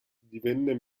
divenne